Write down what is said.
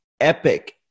epic